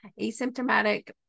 asymptomatic